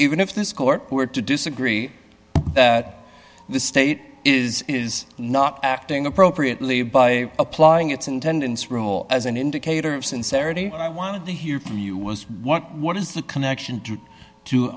even if this court were to disagree that the state is is not acting appropriately by applying its intended as an indicator of sincerity i wanted to hear from you was what what is the connection